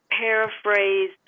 paraphrase